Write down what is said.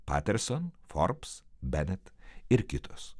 paterson forbs benet ir kitos